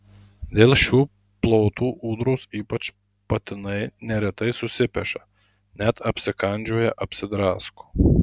dėl šių plotų ūdros ypač patinai neretai susipeša net apsikandžioja apsidrasko